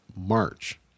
March